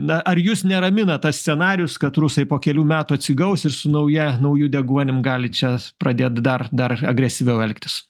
na ar jus neramina tas scenarijus kad rusai po kelių metų atsigaus ir su nauja nauju deguonim gali čia pradėt dar dar agresyviau elgtis